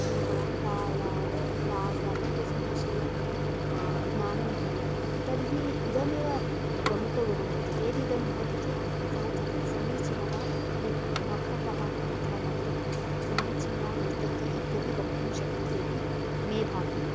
पुनः तालं रागः इत्यस्मिन् विषये ज्ञानं भवेत् तर्हि इदमेव प्रमुखः गुणः वर्तते यदि इदं भवति चेत् सः समी समीचीनः नृ नर्तकः अथवा नर्तकी समीचीना नर्तकी इत्यपि वक्तुं शक्यते इति मे भाति